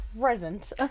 present